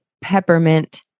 peppermint